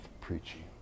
preaching